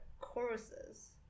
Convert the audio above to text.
choruses